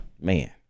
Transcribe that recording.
Man